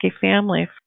family